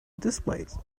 displays